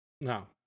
no